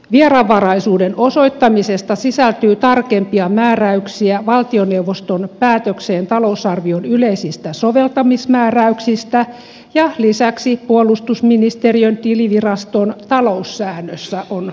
vieraanvaraisuuden osoittamisesta sisältyy tarkempia määräyksiä valtioneuvoston päätökseen talousarvion yleisistä soveltamismääräyksistä ja lisäksi puolustusministeriön tiliviraston taloussäännössä on ohjeita